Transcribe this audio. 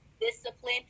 Discipline